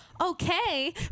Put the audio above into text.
Okay